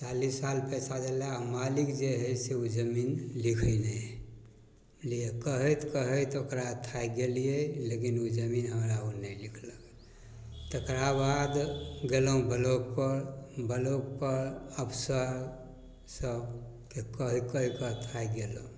चालीस साल पइसा देला आओर मालिक जे हइ से ओ जमीन लिखै नहि हइ बुझलिए कहैत कहैत ओकरा थाकि गेलिए लेकिन ओ जमीन हमरा ओ नहि लिखलकै तकरा बाद गेलहुँ ब्लॉकपर ब्लॉकपर अफसर सभके कहि कहिकऽ थाकि गेलहुँ